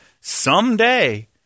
someday